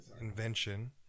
invention